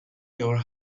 your